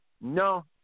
No